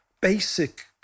basic